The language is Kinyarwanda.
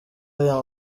aya